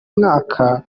mwaka